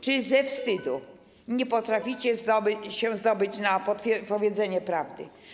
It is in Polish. Czy ze wstydu nie potraficie się zdobyć na powiedzenie prawdy?